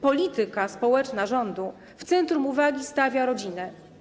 Polityka społeczna rządu w centrum uwagi stawia rodzinę.